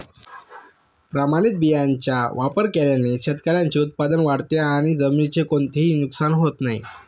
प्रमाणित बियाण्यांचा वापर केल्याने शेतकऱ्याचे उत्पादन वाढते आणि जमिनीचे कोणतेही नुकसान होत नाही